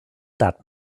that